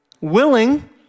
willing